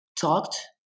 talked